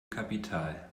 kapital